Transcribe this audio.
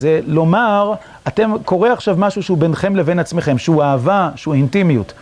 זה לומר, קורה עכשיו משהו שהוא בינכם לבין עצמכם, שהוא אהבה, שהוא אינטימיות.